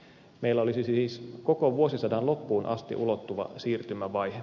meillä olisi siis koko vuosisadan loppuun asti ulottuva siirtymävaihe